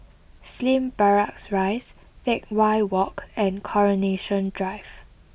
Slim Barracks Rise Teck Whye Walk and Coronation Drive